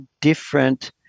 different